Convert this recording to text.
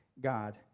God